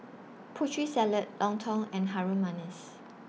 Putri Salad Lontong and Harum Manis